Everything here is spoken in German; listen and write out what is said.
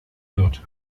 wird